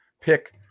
pick